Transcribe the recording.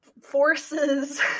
forces